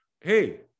Hey